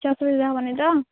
କିଛି ଅସୁବିଧା ହେବନି ତ